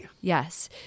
Yes